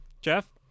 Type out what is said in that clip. Jeff